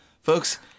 Folks